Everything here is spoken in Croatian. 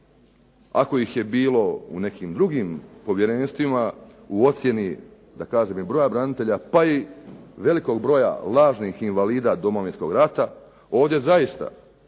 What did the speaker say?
ako ih je bilo u nekim drugim povjerenstvima u ocjeni, da kažem, i broja branitelja, pa i velikog broja lažnih invalida Domovinskog rata, ovdje zaista